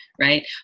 right